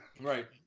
Right